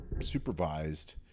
supervised